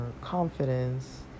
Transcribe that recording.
confidence